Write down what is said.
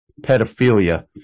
pedophilia